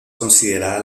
considerada